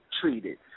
treated